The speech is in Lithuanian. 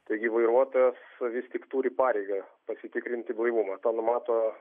taigi vairuotojas vis tik turi pareigą pasitikrinti blaivumą tą numato